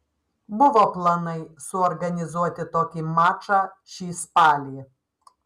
buvo planai suorganizuoti tokį mačą šį spalį